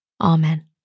Amen